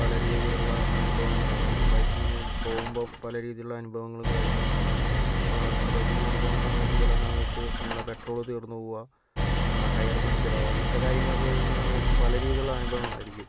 പല രീതിയിലുള്ള അനുഭവങ്ങൾ അതായത് ബൈക്കിങ് പോകുമ്പോൾ പല രീതിയിലുള്ള അനുഭവങ്ങളും കാര്യങ്ങളൊക്കെ ഉണ്ടാകും അപ്പോൾ നമ്മൾ ബൈക്കിങ്ങിനൊക്കെ പോകുന്ന സമയത്ത് ചില സമയത്ത് നമ്മുടെ പെട്രോൾ തീർന്നു പോവുക ടയർ പഞ്ചർ ആവുക ഇങ്ങനത്തെ കാര്യങ്ങളൊക്കെ വരുന്ന സമയത്ത് പല രീതിയിലുള്ള അനുഭവങ്ങളായിരിക്കും